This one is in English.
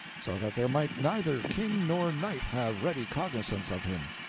so that there might neither king nor knight have ready cognizance of him.